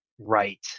Right